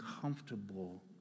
comfortable